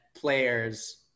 players